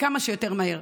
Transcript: וכמה שיותר מהר.